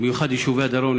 ובמיוחד יישובי הדרום,